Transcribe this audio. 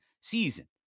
season